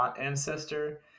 ancestor